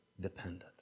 dependent